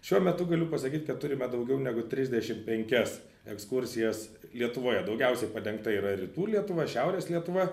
šiuo metu galiu pasakyt kad turime daugiau negu trisdešim penkias ekskursijas lietuvoje daugiausiai padengta yra rytų lietuva šiaurės lietuva